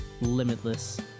limitless